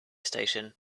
station